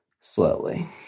slowly